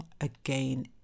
again